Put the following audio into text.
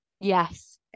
yes